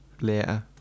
later